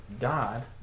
God